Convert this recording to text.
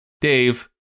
Dave